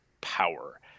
power